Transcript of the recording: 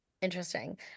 interesting